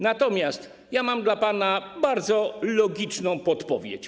Natomiast mam dla pana bardzo logiczną podpowiedź.